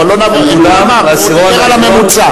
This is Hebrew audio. הוא מדבר על הממוצע.